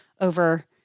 over